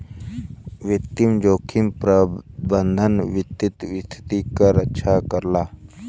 वित्तीय जोखिम प्रबंधन वित्तीय स्थिति क रक्षा करला